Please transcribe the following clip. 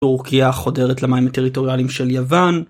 טורקיה חודרת למים הטריטוריאליים של יוון